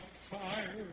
fire